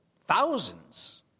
thousands